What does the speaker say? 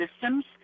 systems